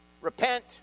Repent